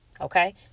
Okay